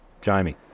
Jamie